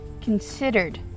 considered